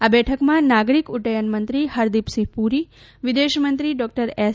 આ બેઠકમાં નાગરિક ઉદ્દયન મંત્રી હરદીપસિંહ પુરી વિદેશમંત્રી ડોક્ટર એસ